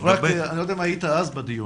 אני לא יודע אם היית אז בדיון.